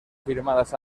firmadas